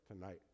tonight